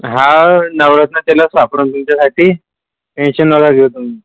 हा नवरत्न तेलच वापरेन तुमच्यासाठी टेंशन नका घेऊ तुम्ही